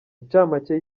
incamake